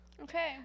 Okay